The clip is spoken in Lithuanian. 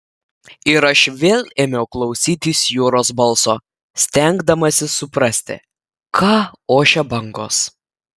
ir aš vėl ėmiau klausytis jūros balso stengdamasis suprasti ką ošia bangos